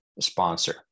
sponsor